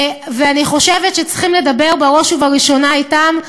ואני חושבת שצריכים לדבר בראש ובראשונה אתם.